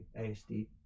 ASD